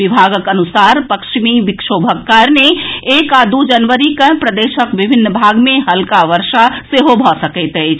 विभागक अनुसार पश्चिमी विक्षोभक कारणे एक आ दू जनवरी कें प्रदेशक विभिन्न भाग मे हल्का वर्षा सेहो भऽ सकैत अछि